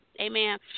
amen